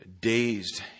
dazed